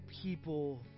people